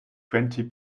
twenty